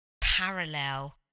parallel